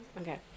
Okay